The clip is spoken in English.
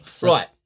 right